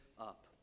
up